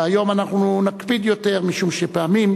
שהיום אנחנו נקפיד יותר משום שפעמים,